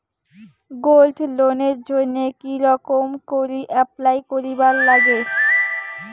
Gold লোনের জইন্যে কি রকম করি অ্যাপ্লাই করিবার লাগে?